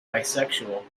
bisexual